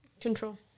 control